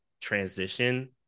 transition